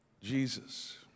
Jesus